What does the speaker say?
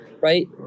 right